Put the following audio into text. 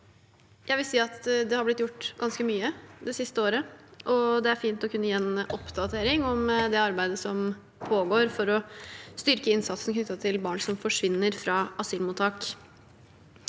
Jeg vil si at det er blitt gjort ganske mye det siste året, og det er fint å kunne gi en oppdatering om det arbeidet som pågår for å styrke innsatsen knyttet til barn som forsvinner fra asylmottak.